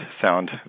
sound